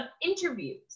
interviews